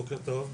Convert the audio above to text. בוקר טוב.